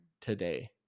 today